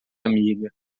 amiga